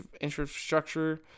infrastructure